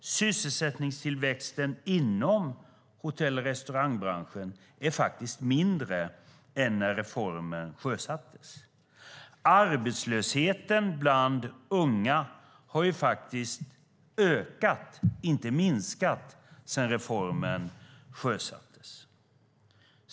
Sysselsättningstillväxten inom hotell och restaurangbranschen är faktiskt mindre än när reformen sjösattes. Arbetslösheten bland unga har faktiskt ökat, inte minskat, sedan reformen sjösattes.